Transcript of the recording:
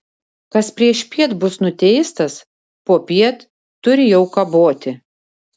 kas priešpiet bus nuteistas popiet turi jau kaboti